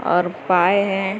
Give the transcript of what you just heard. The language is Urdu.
اور پائے ہیں